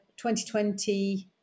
2020